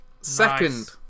Second